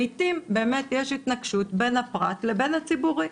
לעתים באמת יש התנגשות בין הפרט לבין הציבורי.